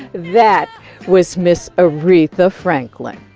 that was ms. aretha franklin.